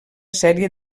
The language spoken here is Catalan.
sèrie